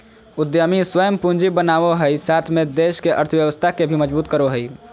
उद्यमी स्वयं पूंजी बनावो हइ साथ में देश के अर्थव्यवस्था के भी मजबूत करो हइ